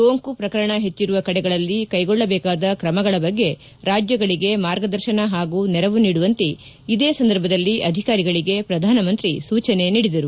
ಸೋಂಕು ಪ್ರಕರಣ ಹೆಚ್ಚರುವ ಕಡೆಗಳಲ್ಲಿ ಕ್ಲೆಗೊಳ್ಳಬೇಕಾದ ಕ್ರಮಗಳ ಬಗ್ಗೆ ರಾಜ್ಯಗಳಿಗೆ ಮಾರ್ಗದರ್ಶನ ಹಾಗೂ ನೆರವು ನೀಡುವಂತೆ ಇದೇ ಸಂದರ್ಭದಲ್ಲಿ ಅಧಿಕಾರಿಗಳಿಗೆ ಪ್ರಧಾನಮಂತ್ರಿ ಸೂಚನೆ ನೀಡಿದರು